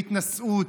בהתנשאות,